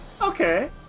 okay